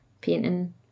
painting